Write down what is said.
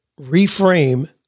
reframe